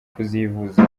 kuzivuza